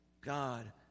God